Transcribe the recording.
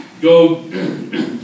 Go